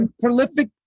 prolific